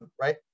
right